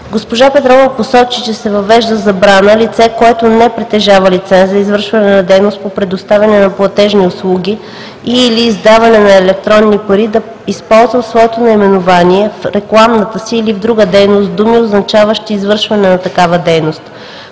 Госпожа Петрова посочи, че се въвежда забрана лице, което не притежава лиценз за извършване на дейност по предоставяне на платежни и/или издаване на електронни пари, да използва в своето наименование, в рекламната си или в друга дейност думи, означаващи извършване на такава дейност.